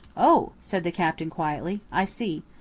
oh! said the captain quietly, i see.